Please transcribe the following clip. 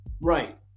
Right